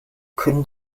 können